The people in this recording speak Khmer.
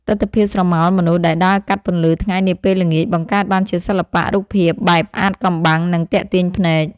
ទិដ្ឋភាពស្រមោលមនុស្សដែលដើរកាត់ពន្លឺថ្ងៃនាពេលល្ងាច បង្កើតបានជាសិល្បៈរូបភាពបែបអាថ៌កំបាំង និងទាក់ទាញភ្នែក។